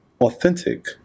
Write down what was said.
authentic